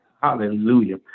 Hallelujah